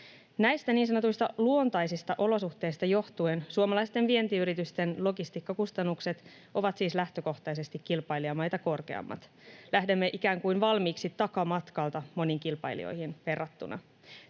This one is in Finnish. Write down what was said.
Näistä niin sanotuista luontaisista olosuhteista johtuen suomalaisten vientiyritysten logistiikkakustannukset ovat siis lähtökohtaisesti kilpailijamaita korkeammat. Lähdemme ikään kuin valmiiksi takamatkalta moniin kilpailijoihin verrattuna.